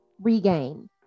regain